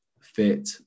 fit